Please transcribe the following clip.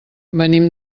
venim